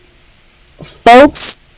folks